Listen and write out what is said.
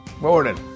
Morning